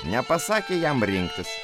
nepasakė jam rinktis